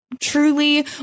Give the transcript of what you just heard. truly